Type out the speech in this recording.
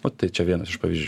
nu tai čia vienas iš pavyzdž